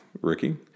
Ricky